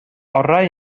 orau